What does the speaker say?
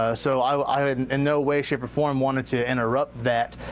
ah so i in no way, shape or form wanted to interrupt that,